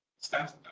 staff